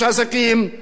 ותרמתי הרבה.